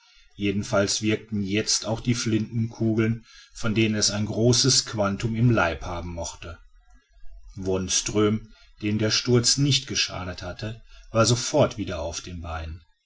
jedenfalls wirkten jetzt auch die flintenkugeln von denen es ein großes quantum im leibe haben mochte wonström dem der sturz nichts geschadet hatte war sofort wieder auf den beinen